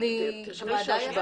שוש,